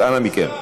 אז אנא מכם.